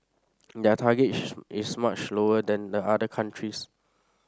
their target is much lower than the other countries